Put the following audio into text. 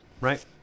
Right